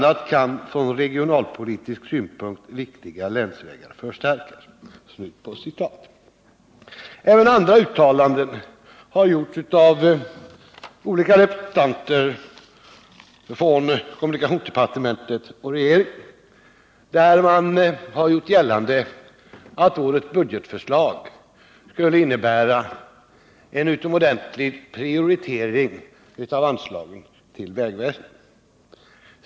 a. kan från regionalpolitisk synpunkt viktiga länsvägar förstärkas.” Även i andra uttalanden har olika representanter för kommunikationsdepartementet och regeringen gjort gällande att årets budgetförslag skulle innebära en utomordentlig prioritering av anslagen till vägväsendet.